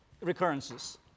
recurrences